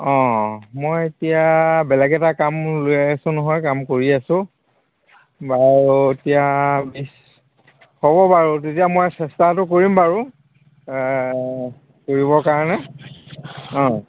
অঁ মই এতিয়া বেলেগ এটা কাম লৈ আছোঁ নহয় কাম কৰি আছোঁ বাৰু এতিয়া হ'ব বাৰু তেতিয়া মই চেষ্টাটো কৰিম বাৰু কৰিবৰ কাৰণে অঁ